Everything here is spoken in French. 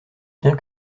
bien